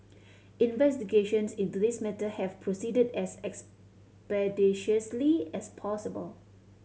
investigations into this matter have proceeded as expeditiously as possible